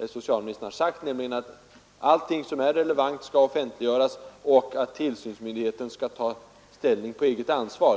vad socialministern har sagt om att allt som är relevant skall offentliggöras och att tillsynsmyndigheten skall ta ställning på eget ansvar.